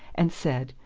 and said,